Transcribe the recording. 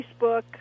Facebook